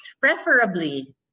preferably